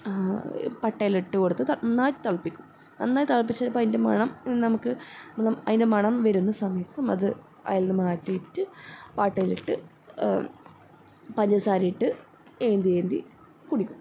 പട്ടയെല്ലാം ഇട്ട് കൊടുത്ത് നന്നായി തിളപ്പിക്കും നന്നായി തിളപ്പിച്ചിട്ട് അതിൻ്റെ മണം നമുക്ക് അതിൻ്റെ മണം വരുന്ന സമയത്ത് അത് അതിൽ മാറ്റിയിട്ട് പാട്ടേലിട്ട് പഞ്ചസാരയിട്ട് ഏന്തിയേന്തി കുടിക്കും